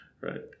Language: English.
right